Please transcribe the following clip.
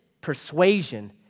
persuasion